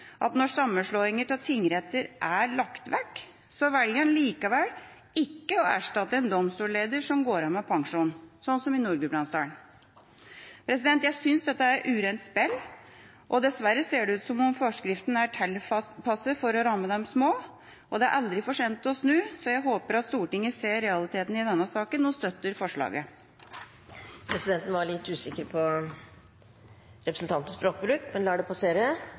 at når sammenslåinger av tingretter er lagt vekk, velger en likevel ikke å erstatte en domstolleder som går av med pensjon, sånn som i Nord-Gudbrandsdalen. Jeg synes dette er urent spill, og dessverre ser det ut til at forskriften er tilpasset for å ramme de små. Det er aldri for sent å snu, så jeg håper at Stortinget ser realiteten i denne saken og støtter forslaget. Presidenten er litt usikker på representantens språkbruk, men lar det passere.